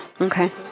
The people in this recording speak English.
Okay